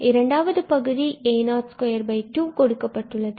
இரண்டாவது பகுதி a022 கொடுக்கப்பட்டுள்ளது